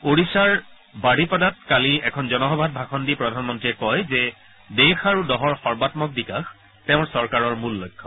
ওড়িশাৰ বাড়িপডাত কালি এখন জনসভাত ভাষণ দি প্ৰধানমন্ৰীয়ে কয় যে দেশ আৰু দহৰ সৰ্বান্মক বিকাশ তেওঁৰ চৰকাৰৰ মূল লক্ষ্য